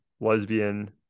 lesbian